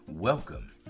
Welcome